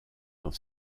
dans